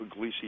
Puglisi